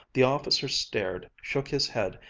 the officer stared, shook his head,